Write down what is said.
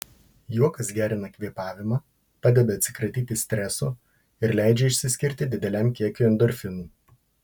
juokas gerina kvėpavimą padeda atsikratyti streso ir leidžia išsiskirti dideliam kiekiui endorfinų